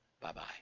Bye-bye